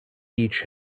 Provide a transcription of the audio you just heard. each